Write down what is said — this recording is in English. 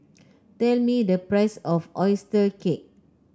tell me the price of oyster cake